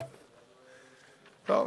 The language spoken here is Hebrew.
טוב,